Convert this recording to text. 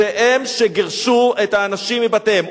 שהם שגירשו את האנשים מבתיהם.